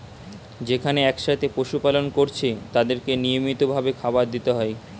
যেখানে একসাথে পশু পালন কোরছে তাদেরকে নিয়মিত ভাবে খাবার দিতে হয়